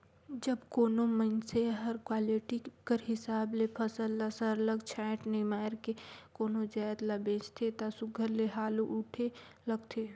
जब कोनो मइनसे हर क्वालिटी कर हिसाब ले फसल ल सरलग छांएट निमाएर के कोनो जाएत ल बेंचथे ता सुग्घर ले हालु उठे लगथे